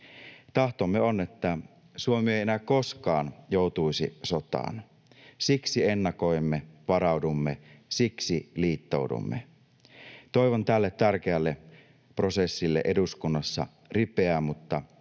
Tahtomme on, että Suomi ei enää koskaan joutuisi sotaan. Siksi ennakoimme, varaudumme. Siksi liittoudumme. Toivon tälle tärkeälle prosessille eduskunnassa ripeää mutta